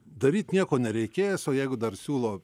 daryt nieko nereikės o jeigu dar siūlo